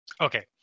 Okay